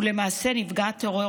ולמעשה נפגע הטרור